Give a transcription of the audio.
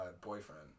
boyfriend